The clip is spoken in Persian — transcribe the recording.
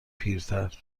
پیرتر